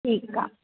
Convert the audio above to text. ठीकु आहे